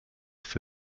for